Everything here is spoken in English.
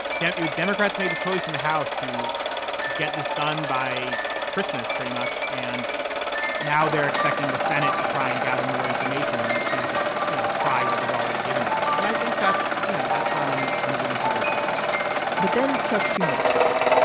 denver democrats made the choice in the house to get this done by christmas pretty much. and now they're expecting the senate to try and gather more information when we can't just, you know, try what they've already given us. and i think that's, you know, that's not an unreasonable point but then chuck schumer spoke.